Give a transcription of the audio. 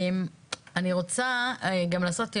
אני רוצה גם לעשות ככה,